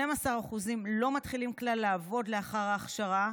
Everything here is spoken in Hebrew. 12% לא מתחילים כלל לעבוד לאחר ההכשרה,